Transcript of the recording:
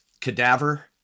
Cadaver